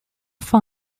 放弃